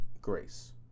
grace